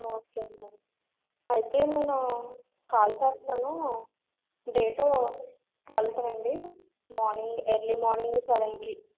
okay అండీ అయితే నేను కాల్ చేస్తాను డేట్ ట్వల్త్ అండీ మార్నింగ్ ఎర్లీ మార్నింగ్ సెవెన్కి